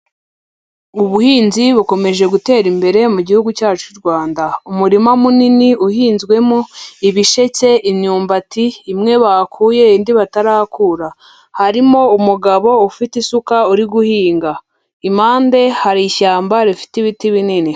Ubuhinzi bukomeje gutera imbere mu gihugu cyacu u Rwanda, umurima munini uhinzwemo ibisheke, imyumbati imwe bakuye indi batarakura, harimo umugabo ufite isuka uri guhinga, impande hari ishyamba rifite ibiti binini.